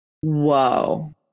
Whoa